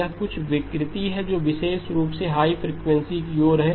यह कुछ विकृति है जो विशेष रूप से हाई फ्रिकवेंसी की ओर है